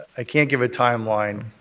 i can't give a time line.